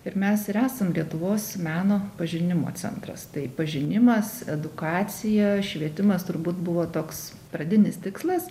ir mes ir esam lietuvos meno pažinimo centras tai pažinimas edukacija švietimas turbūt buvo toks pradinis tikslas